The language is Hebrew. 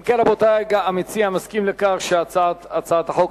רבותי, המציע מסכים שהצעת חוק